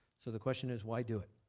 so the question is why do it?